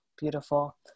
beautiful